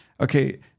Okay